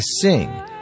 sing